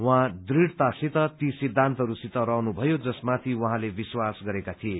उहाँ दुढ़तासित ती सिद्धान्तहरूसित रहनुभयो जसमाथि उहाँले विश्वास गरेका थिए